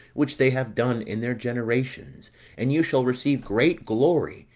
which they have done in their generations and you shall receive great glory,